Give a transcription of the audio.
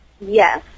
Yes